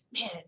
man